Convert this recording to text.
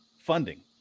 funding